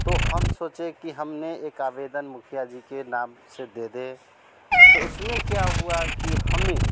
तो हम सोचे कि हमने एक आवेदन मुखिया जी के नाम से दे दें तो उसमें क्या हुआ कि हमें